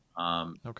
Okay